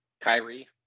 Kyrie